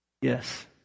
yes